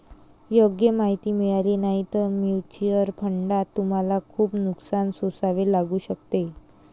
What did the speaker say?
योग्य माहिती मिळाली नाही तर म्युच्युअल फंडात तुम्हाला खूप नुकसान सोसावे लागू शकते